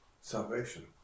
Salvation